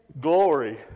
glory